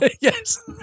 Yes